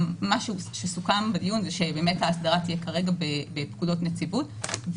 סוכם בדיון שבאמת ההסדרה תהיה כרגע בפקודות נציבות,